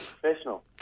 professional